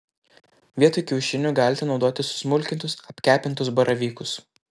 vietoj kiaušinių galite naudoti susmulkintus apkepintus baravykus